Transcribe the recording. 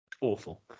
Awful